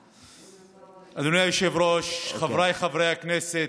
לא, אבל חשבתי במקום איימן.